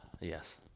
Yes